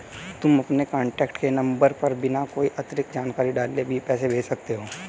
तुम अपने कॉन्टैक्ट के नंबर पर बिना कोई अतिरिक्त जानकारी डाले भी पैसे भेज सकते हो